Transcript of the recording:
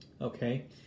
Okay